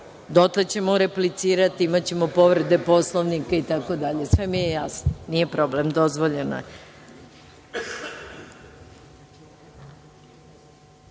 ćemo replicirati, imaćemo povrede Poslovnika itd. Sve mi je jasno. Nije problem, dozvoljeno